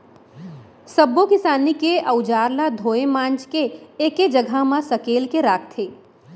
सब्बो किसानी के अउजार ल धोए मांज के एके जघा म सकेल के राखथे